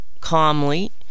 calmly